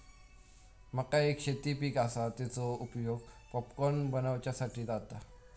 मका एक शेती पीक आसा, तेचो उपयोग पॉपकॉर्न बनवच्यासाठी जाता